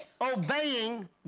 obeying